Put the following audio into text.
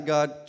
God